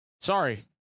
Sorry